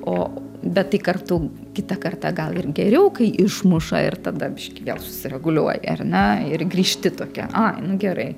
o bet tai kartu kitą kartą gal ir geriau kai išmuša ir tada biški vėl susireguliuoji ar ne ir grįžti tokia ai nu gerai